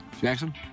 Jackson